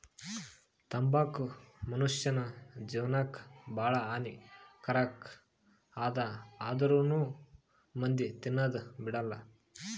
ತಂಬಾಕು ಮುನುಷ್ಯನ್ ಜೇವನಕ್ ಭಾಳ ಹಾನಿ ಕಾರಕ್ ಅದಾ ಆಂದ್ರುನೂ ಮಂದಿ ತಿನದ್ ಬಿಡಲ್ಲ